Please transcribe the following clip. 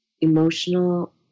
emotional